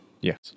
Yes